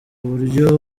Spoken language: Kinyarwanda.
buryo